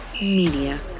Media